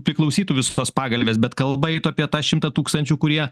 priklausytų visos pagalvės bet kalba eitų apie tą šimtą tūkstančių kurie